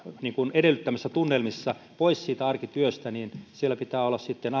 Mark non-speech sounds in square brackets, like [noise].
edellyttämissä tunnelmissa pois siitä arkityöstä niin siellä pitää olla sitten [unintelligible]